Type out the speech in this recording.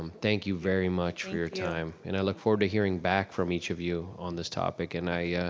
thank you very much for your time and i look forward to hearing back from each of you on this topic, and i. yeah